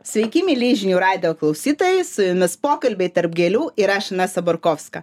sveiki mieli žinių radijo klausytojai su jumis pokalbiai tarp gėlių ir aš inesa borkovska